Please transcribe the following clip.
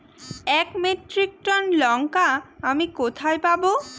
এক metric ton লঙ্কা আমি কোথায় পাবো?